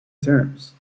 terms